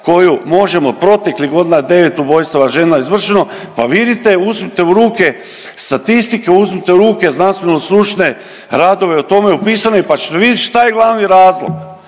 koju možemo proteklih godina 9 ubojstava žena je izvršeno, pa vidite, uzmite u ruke statistike, uzmite u ruke znanstveno-stručne radove o tome opisane pa ćete vidjeti šta je glavni razlog.